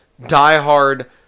diehard